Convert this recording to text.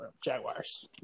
Jaguars